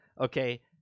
okay